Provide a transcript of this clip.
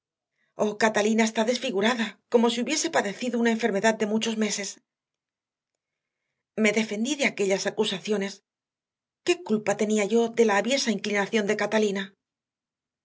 oh catalina está desfigurada como si hubiese padecido una enfermedad de muchos meses me defendí de aquellas acusaciones qué culpa tenía yo de la aviesa inclinación de catalina